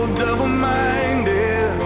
double-minded